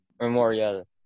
Memorial